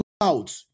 out